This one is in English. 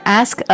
ask